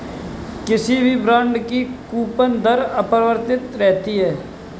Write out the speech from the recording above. किसी भी बॉन्ड की कूपन दर अपरिवर्तित रहती है